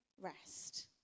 Rest